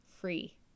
free